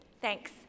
Thanks